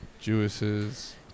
Jewesses